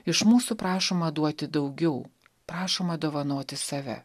iš mūsų prašoma duoti daugiau prašoma dovanoti save